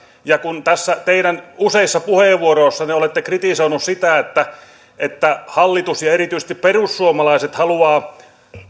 ja kun te tässä useissa puheenvuoroissanne olette kritisoinut sitä että hallitus ja erityisesti perussuomalaiset haluavat